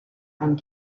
and